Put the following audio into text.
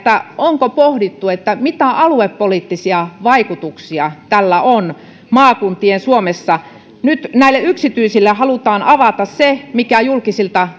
onko pohdittu mitä aluepoliittisia vaikutuksia tällä on maakuntien suomessa nyt näille yksityisille halutaan avata se mikä julkisilta